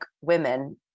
women